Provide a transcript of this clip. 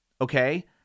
Okay